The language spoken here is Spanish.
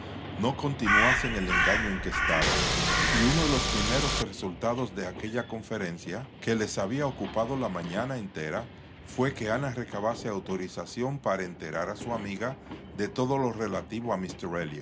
no continuase en el engaño en que estaba y uno de los primeros resultados de aquella conferencia que les había ocupado la mañana entera fué que ana recabase autorización para enterar a su amiga de todo lo relativo a